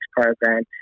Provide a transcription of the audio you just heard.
program